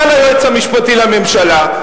מעל היועץ המשפטי לממשלה,